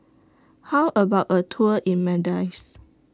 How about A Tour in Maldives